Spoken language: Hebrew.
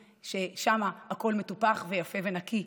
שבהם הכול מטופח ויפה ונקי,